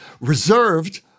reserved